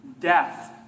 death